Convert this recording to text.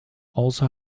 also